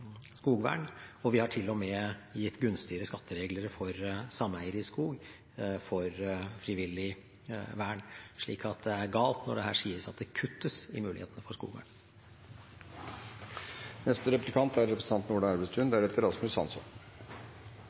skogvern, og vi har til og med gitt gunstigere skatteregler for sameiere av skog for frivillig vern. Slik at det er galt når det her sies at det kuttes i muligheten for skogvern. Det er